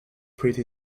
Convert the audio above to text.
pretty